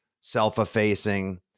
Self-effacing